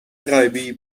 غربی